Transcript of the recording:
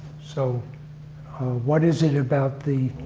so what is it about the